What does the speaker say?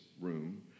room